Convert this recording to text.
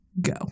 Go